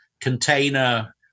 container